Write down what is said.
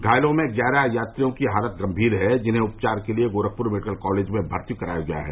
घायलों में ग्यारह यात्रियों की हालत गम्भीर है जिन्हें उपचार के लिए गोरखपुर मेडिकल कॉलेज में भर्ती कराया गया है